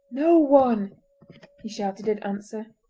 no one he shouted in answer,